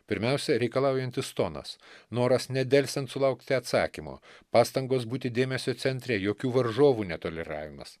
pirmiausia reikalaujantis tonas noras nedelsiant sulaukti atsakymo pastangos būti dėmesio centre jokių varžovų netoleravimas